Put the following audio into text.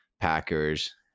Packers